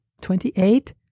Twenty-eight